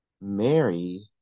Mary